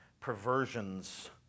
perversions